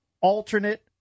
alternate